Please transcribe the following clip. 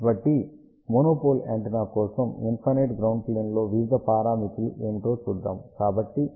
కాబట్టి monopole antenna కోసం infinite ground plane లో వివిధ పారామితులు ఏమిటో చూద్దాము